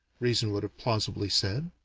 reason would have plausibly said,